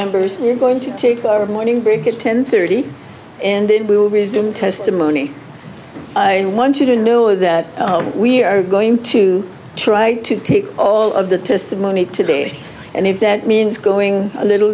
members are going to take morning break it ten thirty and then we will resume testimony i want you to know that we are going to try to take all of the testimony today and if that means going a little